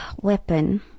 Weapon